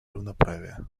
равноправия